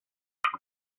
six